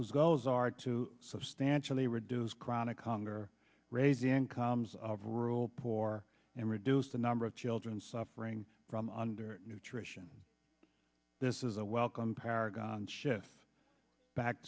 whose goals are to substantially reduce chronic congar raise incomes of rural poor and reduce the number of children suffering from under nutrition this is a welcome paragon shifts back